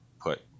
put